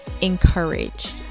encouraged